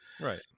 Right